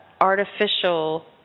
artificial